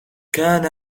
كان